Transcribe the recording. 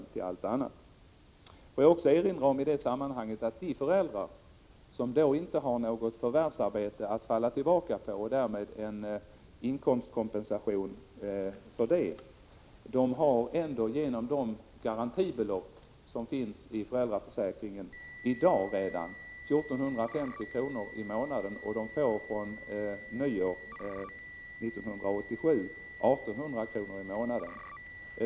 Jag vill i detta sammanhang också erinra om att föräldrar som inte har något förvärvsarbete att falla tillbaka på, och därmed inte får någon kompensation för inkomstbortfall, ändå genom de garantibelopp som redan i dag finns i föräldraförsäkringen får 1 450 kr. i månaden och från nyåret 1987 kommer att få 1 800 kr. i månaden.